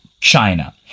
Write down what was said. China